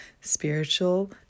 spiritual